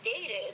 dated